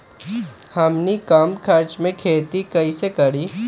हमनी कम खर्च मे खेती कई से करी?